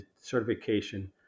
certification